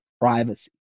privacy